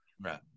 right